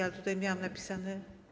Ale tutaj miałam napisane.